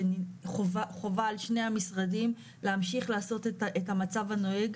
שחובה על שני המשרדים להמשיך לעשות את המצב הנוהג,